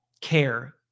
care